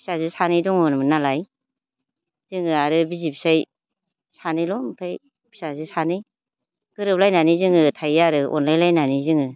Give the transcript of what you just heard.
फिसाजो सानै दङमोन नालाय जोङो आरो बिसि फिसाय सानैल' ओमफाय फिसाजो सानै गोरोबलायनानै जोङो थायो अनलायलायनानै जोङो